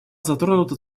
затронута